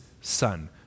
Son